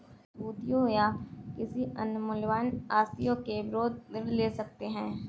आप प्रतिभूतियों या किसी अन्य मूल्यवान आस्तियों के विरुद्ध ऋण ले सकते हैं